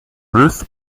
ruth